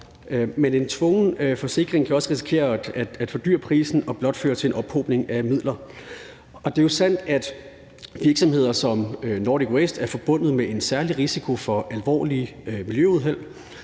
Men en tvungen forsikring kan også risikere at fordyre prisen og blot føre til en ophobning af midler. Det er jo sandt, at virksomheder som Nordic Waste er forbundet med en særlig risiko for alvorlige miljøuheld,